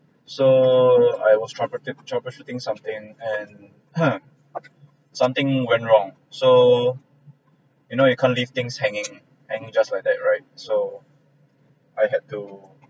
so I was trouble~ troubleshooting something and something went wrong so you know you can't leave things hanging hanging just like that right so I had to